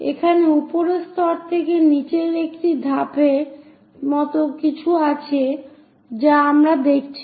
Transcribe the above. এখানে উপরের স্তর থেকে নিচে একটি ধাপের মতো কিছু আছে যা আমরা দেখছি